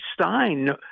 Stein